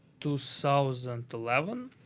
2011